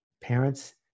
parents